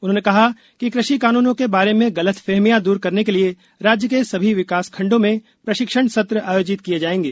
उन्होंने कहा कि कृषि कानूनों के बारे में गलतफहमियां दूर करने के लिए राज्य के सभी विकास खण्डों में प्रशिक्षण सत्र आयोजित किए जाएंगे